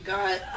God